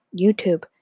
YouTube